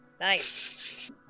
Nice